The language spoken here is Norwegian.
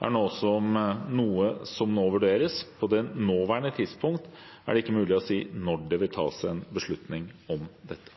er noe som nå vurderes. På det nåværende tidspunkt er det ikke mulig å si når det vil tas en beslutning om dette.